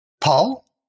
Paul